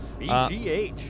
BGH